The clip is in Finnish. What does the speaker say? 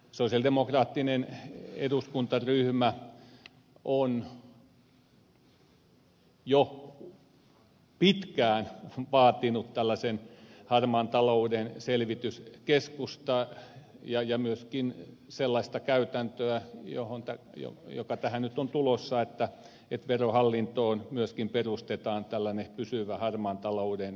sosialidemokraattinen eduskuntaryhmä on jo pitkään vaatinut tällaista harmaan talouden selvityskeskusta ja myöskin sellaista käytäntöä joka tähän nyt on tulossa että verohallintoon myöskin perustetaan tällainen pysyvä harmaan talouden selvityskeskus